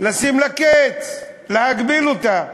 לשים לזה קץ, להגביל אותה.